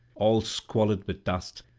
all squalid with dust,